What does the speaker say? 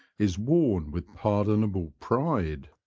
is worn with pardonable pride.